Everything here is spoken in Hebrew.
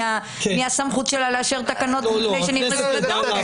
מהסמכות שלה לאשר תקנות לפני שנכנסות לתוקף.